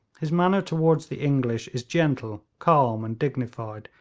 his manner toward the english is gentle, calm and dignified,